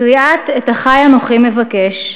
קריאת "את אחי אנוכי מבקש"